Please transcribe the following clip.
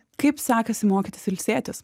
kaip sekasi mokytis ilsėtis